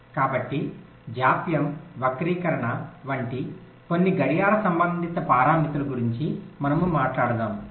కాబట్టి జాప్యం వక్రీకరణ వంటి కొన్ని గడియార సంబంధిత పారామితుల గురించి మనము మాట్లాడాము